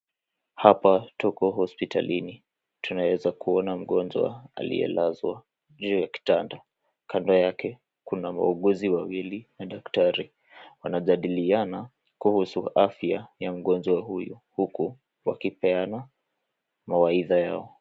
Hapa tuko hospitalini. Tunaweza kuona mgonjwa aliyelazwa juu ya kitanda. Kando yake kuna wauguzi wawili na daktari wanajadiliana kuhusu afya ya mgonjwa huyu huku wakipeana mawaidha yao.